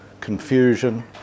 confusion